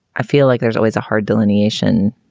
i feel like there's always a hard delineation